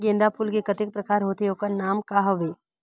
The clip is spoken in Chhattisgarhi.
गेंदा फूल के कतेक प्रकार होथे ओकर नाम का हवे?